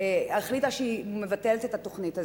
החליטה שהיא מבטלת את התוכנית הזו.